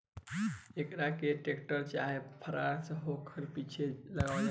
एकरा के टेक्टर चाहे फ्रंट लोडर के पीछे लगावल जाला